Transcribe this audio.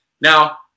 now